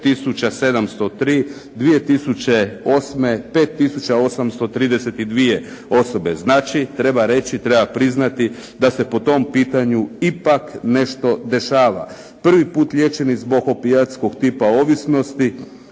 703, 2008. 5 tisuća 832 osobe. Znači, treba reći, treba priznati da se po tom pitanju ipak nešto dešava. Prvi put liječeni zbog opijatskog tipa ovisnosti